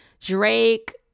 Drake